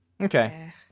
Okay